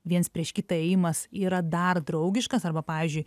viens prieš kitą ėjimas yra dar draugiškas arba pavyzdžiui